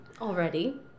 already